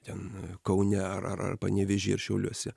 ten kaune ar ar panevėžy ar šiauliuose